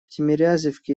тимирязевке